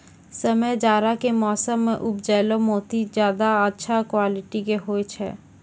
समय जाड़ा के मौसम मॅ उपजैलो मोती ज्यादा अच्छा क्वालिटी के होय छै